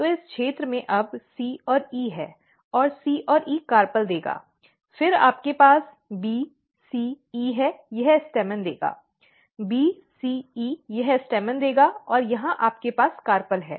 तो इस क्षेत्र में अब C और E है और C और E कार्पल देगा फिर आपके पास B C E है यह स्टेमेन देगा B C E यह स्टेमेन देगा और यहाँ आपके पास कार्पल है